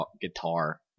guitar